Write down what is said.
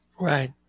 Right